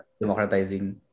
democratizing